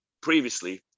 previously